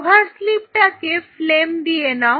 cover স্লিপটাকে flame দিয়ে নাও